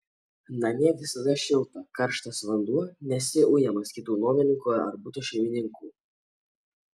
namie visada šilta karštas vanduo nesi ujamas kitų nuomininkų ar buto šeimininkų